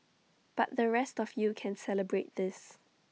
but the rest of you can celebrate this